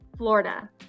Florida